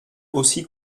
aussi